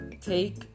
take